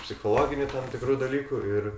psichologinį tam tikrų dalykų ir